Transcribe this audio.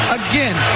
again